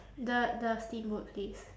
the the steamboat place